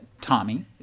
Tommy